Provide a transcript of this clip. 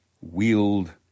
wield